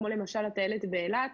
כמו למשל הטיילת באילת,